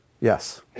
Yes